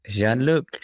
Jean-Luc